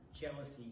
jealousy